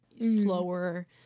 slower